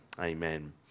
amen